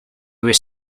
was